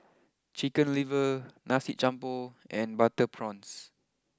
Chicken liver Nasi Campur and Butter Prawns